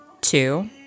Two